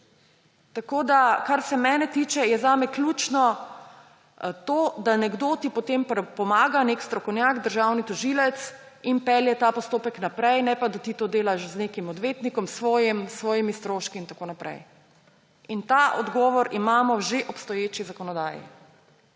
Tako da je, kar se mene tiče, zame ključno to, da ti nekdo potem pomaga, nek strokovnjak, državni tožilec, in pelje ta postopek naprej, ne pa da ti to delaš s svojim odvetnikom, s svojimi stroški in tako naprej. Ta odgovor imamo v že obstoječi zakonodaji.